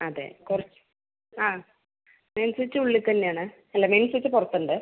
അതെ കുറച്ച് ആ മെയിൻ സ്വിച്ച് ഉള്ളിൽതന്നെ ആണ് അല്ല മെയിൻ സ്വിച്ച് പുറത്തുണ്ട്